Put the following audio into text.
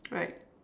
right